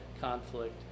conflict